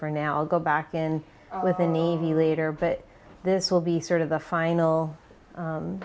for now i'll go back in with the navy later but this will be sort of the final